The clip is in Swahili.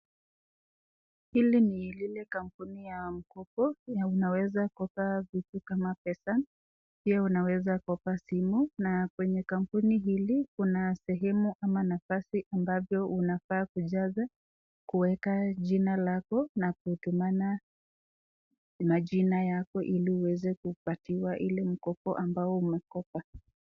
Hili ni like kampuni la mkopo. unaweza kopa vitu kama pesa. Pia unaweza kopa simu na kwenye kampuni hili Kuna sehemu ama bafasi ambayo unaweza kuweka jina lako na kutumana majina yako hili uweze kupatiwa Hilo mkopo umekopa.